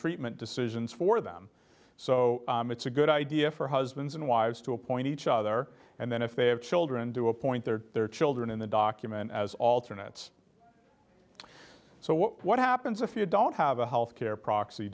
treatment decisions for them so it's a good idea for husbands and wives to appoint each other and then if they have children to a point there are children in the document as alternates so what happens if you don't have a health care proxy